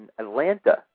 Atlanta